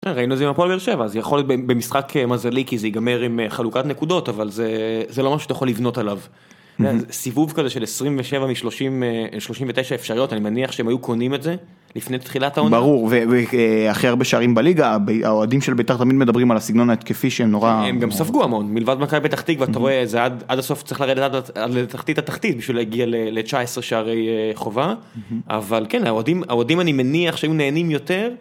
ראינו את זה עם הפועל באר שבע, זה יכול להיות במשחק מזלי כי זה ייגמר עם חלוקת נקודות אבל זה זה לא משהו שאתה יכול לבנות עליו. סיבוב כזה של 27 מ 30-39 אפשריות אני מניח שהם היו קונים את זה. לפני תחילת העונה ברור והכי הרבה שערים בליגה האוהדים של ביתר תמיד מדברים על הסגנון ההתקפי שהם נורא הם גם ספגו המון מלבד מכבי פתח תקוה אתה רואה זה עד הסוף צריך לרדת עד לתחתית התחתית בשביל להגיע ל-19 שערי חובה. אבל כן האוהדים האוהדים אני מניח שהם נהנים יותר.